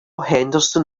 henderson